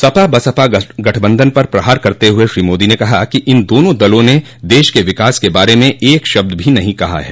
सपा बसपा गठबंधन पर प्रहार करते हुए श्री मोदी ने कहा कि इन दोनों दलों ने देश के विकास के बारे में एक शब्द भी नहीं कहा है